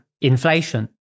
inflation